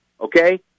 okay